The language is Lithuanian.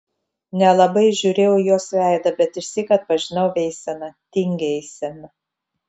nelabai įžiūrėjau jos veidą bet išsyk atpažinau eiseną tingią eiseną